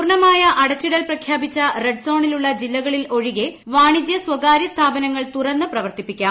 പൂർണ്ണമായ അടച്ചിടൽ പ്രഖ്യാപിച്ച റെഡ് സോണിലുള്ള ജില്ലകളിൽ ഒഴികെ വാണിജ്യ സ്ഥകാര്യ സ്ഥാപനങ്ങൾ തുറന്ന് പ്രവർത്തിപ്പിക്കാം